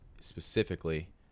specifically